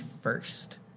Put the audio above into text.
first